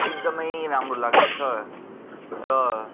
एकदमै राम्रो लाग्दछ र